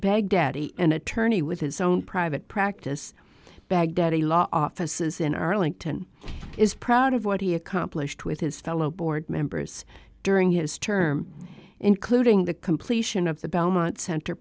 baghdadi an attorney with his own private practice baghdadi law offices in arlington is proud of what he accomplished with his fellow board members during his term including the completion of the belmont cent